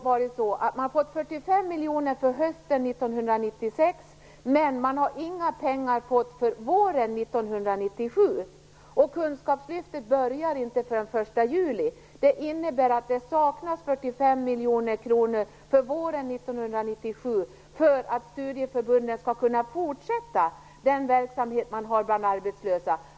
Man har fått 45 miljoner för hösten 1996, men man har inte fått några pengar för våren 1997, och Kunskapslyftet börjar inte förrän den 1 juli. Det innebär att det saknas 45 miljoner kronor för våren 1997 för att studieförbunden skall kunna fortsätta verksamheten bland de arbetslösa.